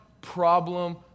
problem